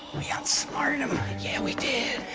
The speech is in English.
we outsmarted him yeah we did.